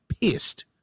pissed